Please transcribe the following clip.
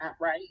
Right